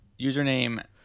username